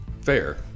Fair